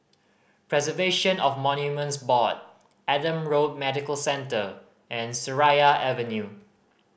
Preservation of Monuments Board Adam Road Medical Centre and Seraya Avenue